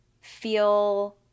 feel